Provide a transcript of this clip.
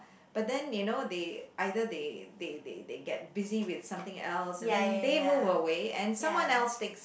but then you know they either they they they they gets busy with something else and then they move away and someone else takes